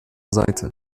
seite